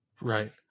Right